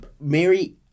Mary